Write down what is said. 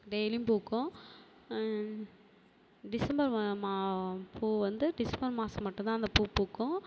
டெய்லியும் பூக்கும் டிசம்பர் மா பூ வந்து டிசம்பர் மாதம் மட்டும் தான் அந்த பூ பூக்கும்